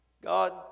God